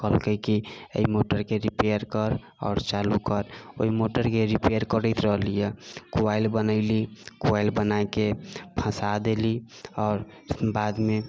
कहलकै कि ई मोटरके रिपेअर कर आओर चालू कर ओहि मोटरके रिपेअर करैत रहली हँ क्वाइल बनैली क्वाइल बनाके फँसा देली आओर बादमे